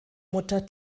mutter